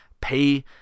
pay